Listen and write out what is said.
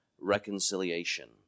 reconciliation